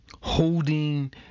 holding